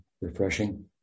refreshing